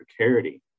precarity